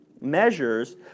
measures